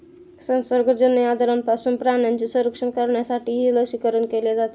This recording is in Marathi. संसर्गजन्य आजारांपासून प्राण्यांचे संरक्षण करण्यासाठीही लसीकरण केले जाते